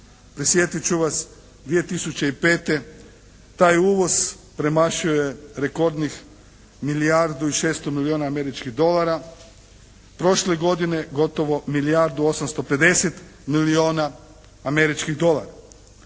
Prisjetit ću vas 2005. taj uvoz premašio je rekordnih milijardu i 600 milijuna američkih dolara, prošle godine gotovo milijardu 850 milijuna američkih dolara.